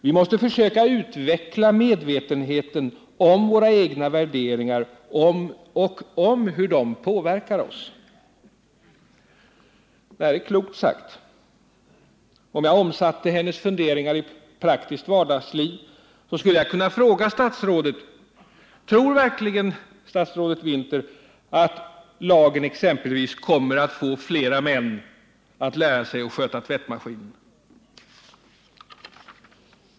Vi måste försöka utveckla medvetenheten om våra egna värderingar och om hur de påverkar oss.” Det här är klokt sagt. Om jag omsatte hennes funderingar i praktiskt vardagsliv, skulle jag kunna fråga statsrådet: Tror verkligen statsrådet Winther att lagen exempelvis kommer att få flera män att lära sig sköta tvättmaskinen?